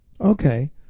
Okay